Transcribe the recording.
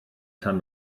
tan